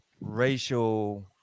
racial